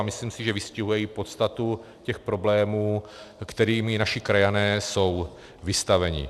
Myslím si, že vystihuje i podstatu problémů, kterým naši krajané jsou vystaveni.